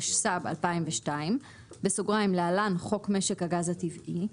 התשס"ב-2002 (להלן חוק משק הגז הטבעי),